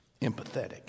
empathetic